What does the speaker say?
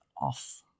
off